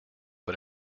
but